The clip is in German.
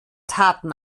taten